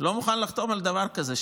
אני לא מוכן לחתום על הדבר הזה.